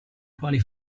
quali